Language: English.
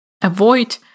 avoid